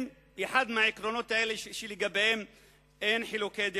אחד מהעקרונות האלה שלגביהם אין חילוקי דעות.